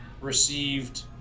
received